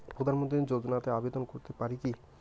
প্রধানমন্ত্রী যোজনাতে আবেদন করতে পারি কি?